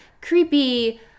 creepy